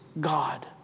God